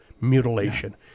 mutilation